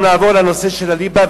אני רוצה גם לעבור לנושא של הליבה,